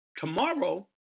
Tomorrow